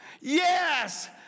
Yes